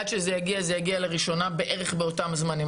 עד שזה יגיע זה יגיע לראשונה בערך באותם זמנים,